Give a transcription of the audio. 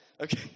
Okay